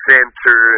Center